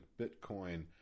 Bitcoin